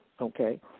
okay